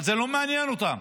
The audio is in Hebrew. אבל זה לא מעניין אותם.